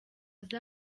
azi